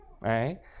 right